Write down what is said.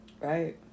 Right